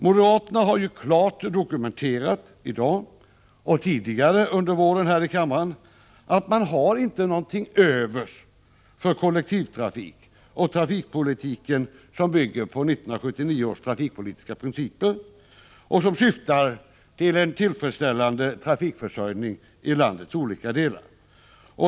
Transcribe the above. Moderaterna har ju i dag och tidigare under våren här i kammaren klart dokumenterat att man inte har något till övers för kollektivtrafik och den trafikpolitik som bygger på 1979 års trafikpolitiska principer och som syftar till en tillfredsställande trafikförsörjning i landets olika delar.